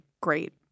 great